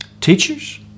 teachers